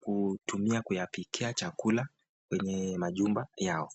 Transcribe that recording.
kutumia kuyapikia chakula kwenye majumba yao.